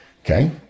okay